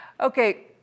okay